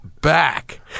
back